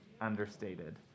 understated